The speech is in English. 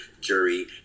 jury